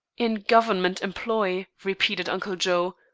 in government employ! repeated uncle joe,